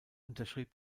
unterschrieb